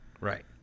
Right